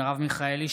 מרב מיכאלי,